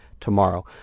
tomorrow